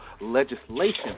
legislation